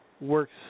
works